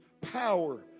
power